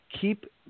keep